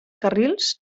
carrils